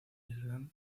islam